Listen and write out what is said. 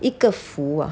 一个福 ah